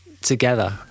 together